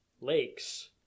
lakes